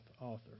author